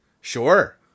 Sure